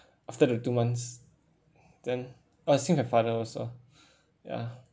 after the two months then still have also ya